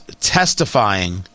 testifying